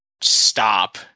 stop